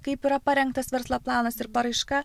kaip yra parengtas verslo planas ir paraiška